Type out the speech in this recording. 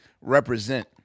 represent